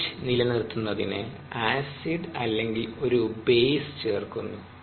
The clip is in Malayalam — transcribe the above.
എച്ച് നിലനിർത്തുന്നതിന് ആസിഡ് അല്ലെങ്കിൽ ഒരു ബേസ് ചേർക്കുന്നു